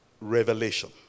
revelation